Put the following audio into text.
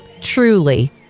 truly